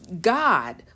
God